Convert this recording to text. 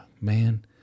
man